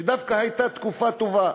שדווקא הייתה תקופה טובה,